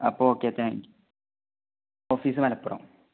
അപ്പം okay thank you office Malappuram